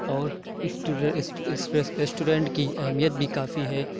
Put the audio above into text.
اور اس ریسٹورینٹ کی اہمیت بھی کافی ہے